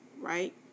right